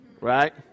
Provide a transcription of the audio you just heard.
Right